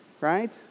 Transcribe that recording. right